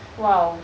!wow!